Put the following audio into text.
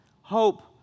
hope